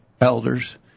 elders